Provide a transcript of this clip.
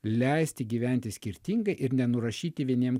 leisti gyventi skirtingai ir nenurašyti vieniem